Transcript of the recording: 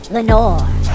Lenore